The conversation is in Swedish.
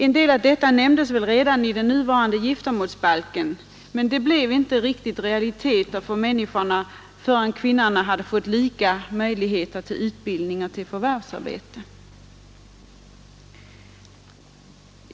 En del av detta nämndes redan i den nuvarande giftermålsbalken men blev realiteter först när även kvinnorna fått lika möjligheter till utbildning och förvärvsarbete.